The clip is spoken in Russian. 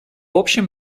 общем